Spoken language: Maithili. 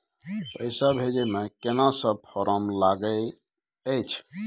पैसा भेजै मे केना सब फारम लागय अएछ?